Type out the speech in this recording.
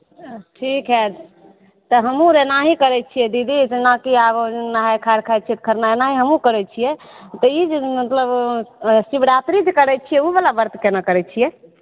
अँह ठीक हइ तऽ हमहूँ आर एनाही करै छियै दिदी जेनाकि आब नहाइ खाइ खाइ छियै तऽ खरना एनाही हमहुँ करै छियै तऽ ई जे मतलब एं शिवरात्रि जे करै छियै उ बला बर्त केना करै छियै